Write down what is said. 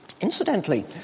Incidentally